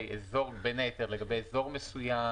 בין היתר לגבי אזור מסוים